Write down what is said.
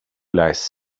lies